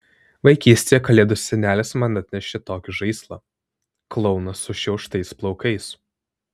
vaikystėje kalėdų senelis man atnešė tokį žaislą klouną sušiauštais plaukais